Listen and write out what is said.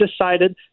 decided